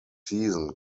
season